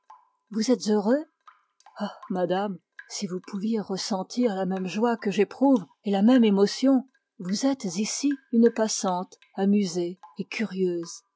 vous êtes heureux ah madame si vous pouviez ressentir la même joie que j'éprouve et la même émotion vous êtes ici une passante amusée et curieuse